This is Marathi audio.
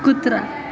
कुत्रा